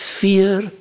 fear